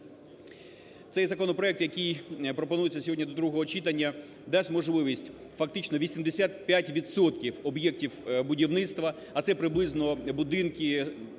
Цей законопроект, який пропонується сьогодні до другого читання, дасть можливість фактично 85 відсотків об'єктів будівництва, а це приблизно будинки,